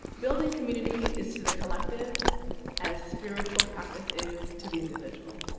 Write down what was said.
building community is to the collective as spiritual practice is to the individual.